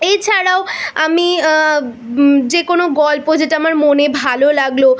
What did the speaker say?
এ ছাড়াও আমি যে কোনো গল্প যেটা আমার মনে ভালো লাগল